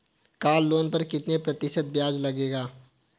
Car loan पर कितने प्रतिशत ब्याज लगेगा?